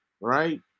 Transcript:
right